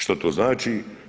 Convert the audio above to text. Što to znači?